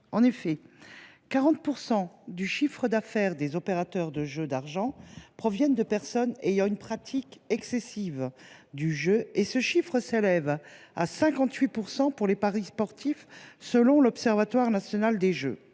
En effet, 40 % du chiffre d’affaires des opérateurs de jeux d’argent proviennent de personnes ayant une pratique excessive du jeu – un chiffre qui s’élève à 58 % pour les paris sportifs selon l’Observatoire des jeux.